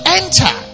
enter